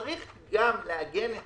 צריך גם לעגן את